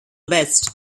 best